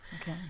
Okay